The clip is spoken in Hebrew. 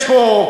יש פה,